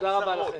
תודה רבה.